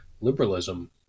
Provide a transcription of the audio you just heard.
Liberalism